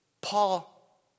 Paul